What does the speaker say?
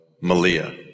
Malia